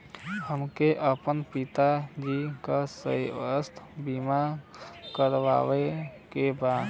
हमके अपने पिता जी के स्वास्थ्य बीमा करवावे के बा?